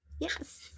Yes